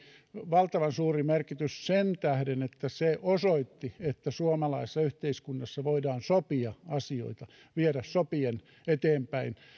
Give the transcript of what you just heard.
valtavan suuri merkitys sen tähden että se osoitti että suomalaisessa yhteiskunnassa voidaan sopia asioita viedä sopien eteenpäin